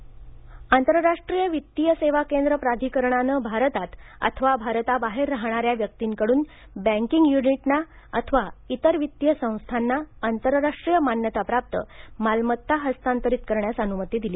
IFSCA आंतरराष्ट्रीय वित्तीय सेवा केंद्र प्राधिकरणाने भारतात अथवा भारताबाहेर राहणाऱ्या व्यक्तींकडून बँकींग युनिटना अथवा इतर वित्तीय संस्थांना आंतरराष्ट्रीय मान्यता प्राप्त मालमत्ताह स्तांतरित करण्यास अनुमती दिली